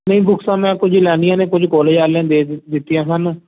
ਨਹੀਂ ਬੁਕਸਾਂ ਮੈਂ ਕੁਝ ਲੈਣੀਆਂ ਨੇ ਕੁਝ ਕਾਲਜ ਵਾਲਿਆਂ ਦੇ ਦਿ ਦਿੱਤੀਆਂ ਸਨ